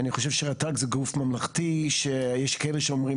אני חושב שרת"ג זה גוף ממלכתי שיש כאלה שאומרים